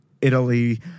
Italy